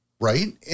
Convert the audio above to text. Right